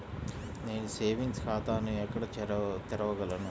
నేను సేవింగ్స్ ఖాతాను ఎక్కడ తెరవగలను?